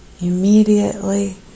immediately